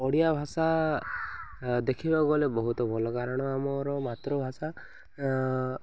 ଓଡ଼ିଆ ଭାଷା ଦେଖିବାକୁ ଗଲେ ବହୁତ ଭଲ କାରଣ ଆମର ମାତୃଭାଷା